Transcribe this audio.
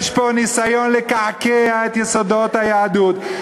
יש פה ניסיון לקעקע את יסודות היהדות.